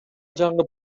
жаңы